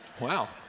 Wow